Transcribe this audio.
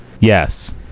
Yes